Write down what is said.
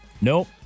Nope